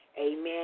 amen